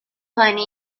کنی